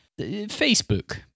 Facebook